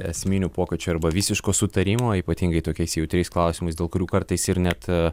esminių pokyčių arba visiško sutarimo ypatingai tokiais jautriais klausimais dėl kurių kartais ir net